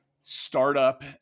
startup